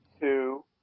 two